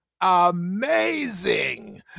amazing